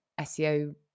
SEO